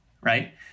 right